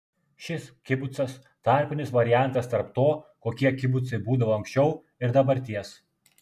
šis kibucas tarpinis variantas tarp to kokie kibucai būdavo anksčiau ir dabarties